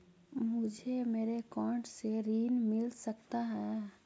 मुझे मेरे अकाउंट से ऋण मिल सकता है?